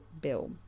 bill